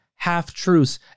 half-truths